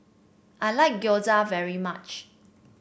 I like Gyoza very much